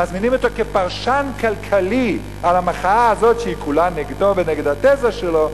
מזמינים אותו כפרשן כלכלי על המחאה הזאת שהיא כולה נגדו ונגד התזה שלו,